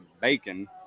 bacon